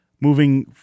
moving